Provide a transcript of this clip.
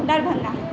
Darbhanga